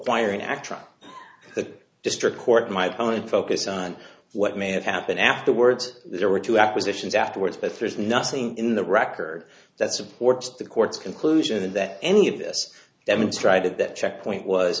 the district court my opponent focus on what may have happened afterwards there were two acquisitions afterwards but there's nothing in the record that supports the court's conclusion that any of this demonstrated that checkpoint was